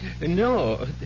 No